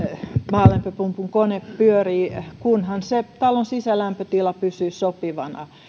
maalämpöpumpun kone pyörii kunhan talon sisälämpötila pysyy sopivana